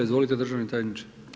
Izvolite državni tajniče.